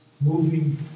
moving